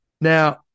Now